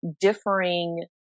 differing